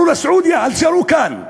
תעברו לסעודיה, אל תישארו כאן.